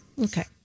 Okay